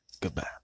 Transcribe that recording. Goodbye